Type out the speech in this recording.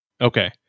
Okay